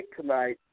tonight